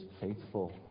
faithful